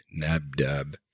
Nabdab